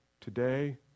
today